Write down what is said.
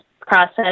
process